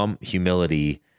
humility